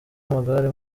w’amagare